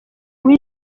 guha